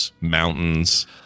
mountains